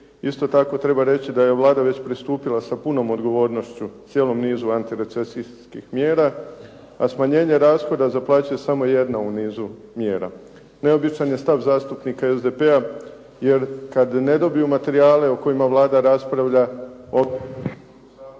Isto tako treba reći da je Vlada već pristupila sa punom odgovornošću cijelom nizu antirecesijskih mjera, a smanjenje rashoda za plaće je samo jedna u nizu mjera. Neobičan je stav zastupnika SDP-a jer kad ne dobiju materijale o kojima Vlada raspravlja